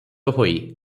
ହୋଇ